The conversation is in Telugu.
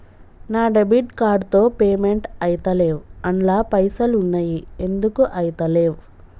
నా డెబిట్ కార్డ్ తో పేమెంట్ ఐతలేవ్ అండ్ల పైసల్ ఉన్నయి ఎందుకు ఐతలేవ్?